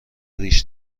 ریش